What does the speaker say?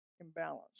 imbalance